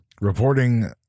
Reporting